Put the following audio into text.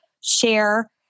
share